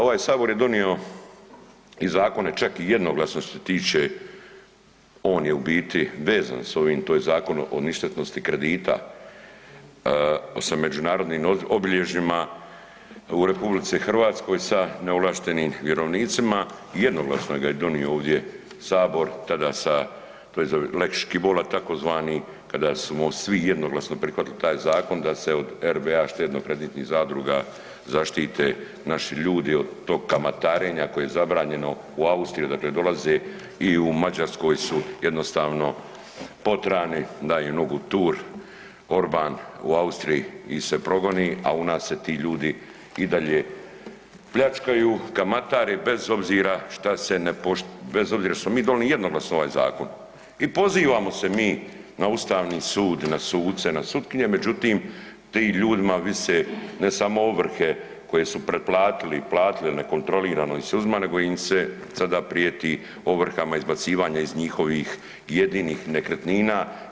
Ovaj sabor je donio i zakone čak i jednoglasno što se tiče, on je u biti vezan s ovim, to je Zakon o ništetnosti kredita sa međunarodnim obilježjima u RH sa neovlaštenim vjerovnicima i jednoglasno ga je donio ovdje u sabor tada sa tj. lex Škibola tzv. kada smo svi jednoglasno prihvatili taj zakon da se od RBA štedno-kreditnih zadruga zaštite naši ljudi od tog kamatarenja koje je zabranjeno u Austriji odakle dolaze i u Mađarskoj su jednostavno potrani, da im nogu u tur Orban, u Austriji ih se progoni, a u nas se ti ljudi i dalje pljačkaju, kamatare bez obzira šta se ne poštiva, bez obzira šta smo mi jednoglasno donijeli ovaj zakon i pozivamo se mi na ustavni sud, na suce, na sutkinje, međutim tim ljudima vise ne samo ovrhe koje su preplatili, platili, nekontrolirano im se uzima nego im se sada prijeti ovrhama izbacivanje iz njihovih jedinih nekretnina.